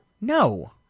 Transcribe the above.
No